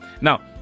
Now